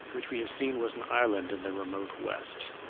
which we have seen was an island in the remote west.